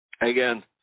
Again